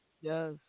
Yes